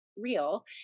real